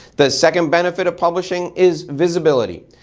the second benefit of publishing is visibility.